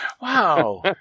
Wow